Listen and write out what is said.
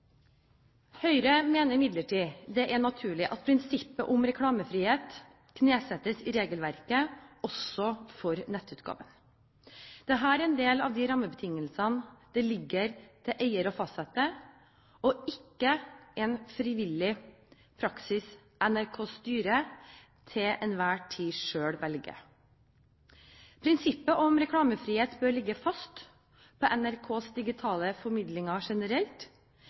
Høyre mener imidlertid at det er naturlig at prinsippet om reklamefrihet knesettes i regelverket – også for nettutgavene. Dette er en del av de rammebetingelsene det ligger til eier å fastsette – ikke en frivillig praksis NRKs styre til enhver tid selv velger. Prinsippet om reklamefrihet bør ligge fast i NRKs digitale formidlinger generelt.